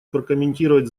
прокомментировать